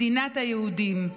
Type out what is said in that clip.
מדינת היהודים.